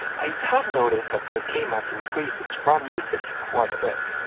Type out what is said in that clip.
i have noticed that this game has increased its ram usage quite a bit.